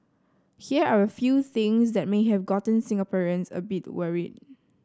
here are a few things that may have gotten Singaporeans a bit worried